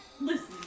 listen